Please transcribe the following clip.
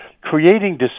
creating